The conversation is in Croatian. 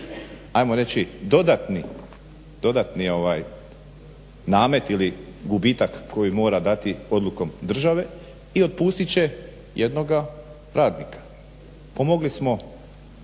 ajmo reći dodatni namet ili gubitak koji mora dati odlukom države i otpustit će jednoga radnika. Pomogli smo